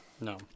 No